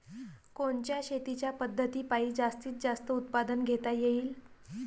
कोनच्या शेतीच्या पद्धतीपायी जास्तीत जास्त उत्पादन घेता येईल?